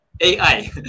AI